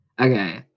okay